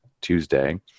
Tuesday